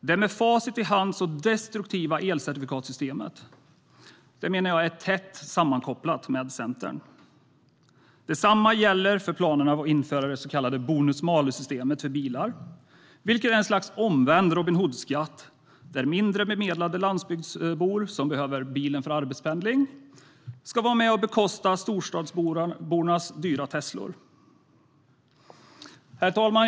Det elcertifikatssystem som med facit i hand ter sig så destruktivt menar jag är tätt sammankopplat med Centern. Detsamma gäller planerna på att införa det så kallade bonus-malus-systemet för bilar, vilket är en omvänd Robin Hood-skatt där mindre bemedlade landsbygdsbor som behöver bilen för arbetspendling ska vara med och bekosta storstadsbornas dyra Teslor. Herr talman!